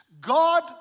God